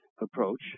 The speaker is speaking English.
approach